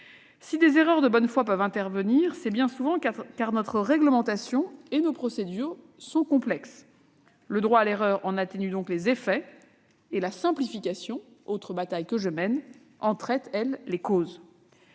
si des erreurs de bonne foi peuvent intervenir, c'est bien souvent parce que notre réglementation et nos procédures sont complexes. Si le droit à l'erreur en atténue les effets, la simplification- autre bataille que je mène -en traite les causes.